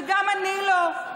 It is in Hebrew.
וגם אני לא.